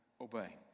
obey